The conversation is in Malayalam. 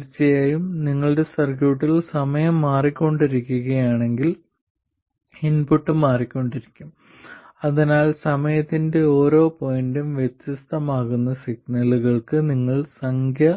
തീർച്ചയായും നിങ്ങളുടെ സർക്യൂട്ടിൽ സമയം മാറികൊണ്ടിരിക്കുകയാണെകിൽ ഇൻപുട്ട് മാറിക്കൊണ്ടിരിക്കും അതിനാൽ സമയത്തിന്റെ ഓരോ പോയിന്റും വ്യത്യസ്തമാകുന്ന സിഗ്നലുകൾക്ക് നിങ്ങൾ സംഖ്യാ